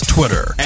Twitter